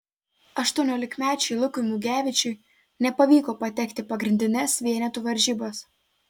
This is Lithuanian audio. aštuoniolikmečiui lukui mugevičiui nepavyko patekti pagrindines vienetų varžybas